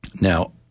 Now